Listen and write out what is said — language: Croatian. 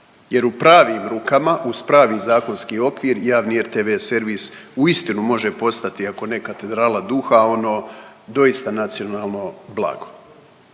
jer u pravim rukama, uz pravi zakonski okvir javni RTV servis uistinu može postati, ako ne katedrala duha, ono, doista nacionalno blago.